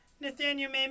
Nathaniel